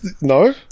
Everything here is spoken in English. No